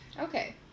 Okay